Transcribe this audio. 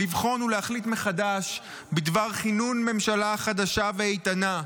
לבחון ולהחליט מחדש בדבר כינון ממשלה חדשה ואיתנה.